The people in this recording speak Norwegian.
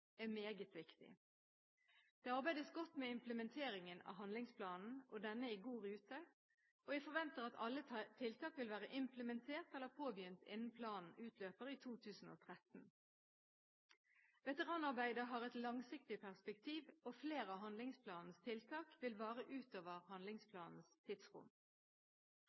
Det arbeides godt med implementeringen av handlingsplanen, og denne er i god rute. Jeg forventer at alle tiltak vil være implementert eller påbegynt innen planen utløper i 2013. Veteranarbeidet har et langsiktig perspektiv, og flere av handlingsplanens tiltak vil vare utover handlingsplanens tidsrom.